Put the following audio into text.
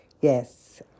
yes